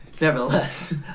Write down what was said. Nevertheless